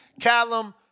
Callum